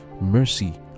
mercy